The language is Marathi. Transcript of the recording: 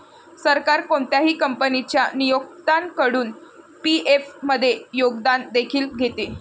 सरकार कोणत्याही कंपनीच्या नियोक्त्याकडून पी.एफ मध्ये योगदान देखील घेते